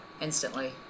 instantly